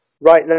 right